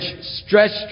stretched